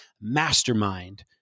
mastermind